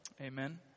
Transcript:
Amen